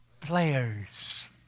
players